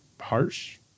harsh